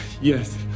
Yes